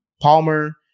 Palmer